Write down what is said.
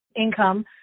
income